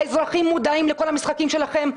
האזרחים מודעים לכל המשחקים שלכם,